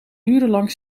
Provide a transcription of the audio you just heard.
urenlang